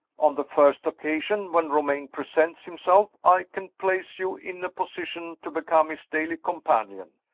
on the first occasion when romayne presents himself i can place you in a position to become his daily companion.